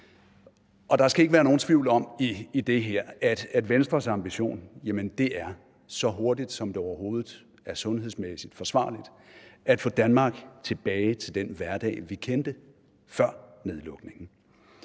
Der skal ikke være nogen tvivl om i det her, at Venstres ambition er så hurtigt, som det overhovedet er sundhedsmæssigt forsvarligt, at få Danmark tilbage til den hverdag, vi kendte, før nedlukningen.